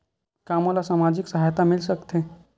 का मोला सामाजिक सहायता मिल सकथे?